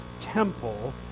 temple